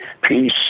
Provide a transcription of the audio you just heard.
peace